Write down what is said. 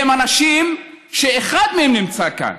הם אנשים שאחד מהם נמצא כאן.